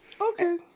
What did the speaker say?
Okay